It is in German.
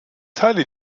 teile